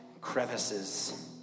crevices